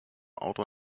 auto